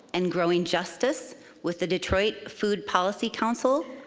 and growing justice with the detroit food policy council,